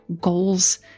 goals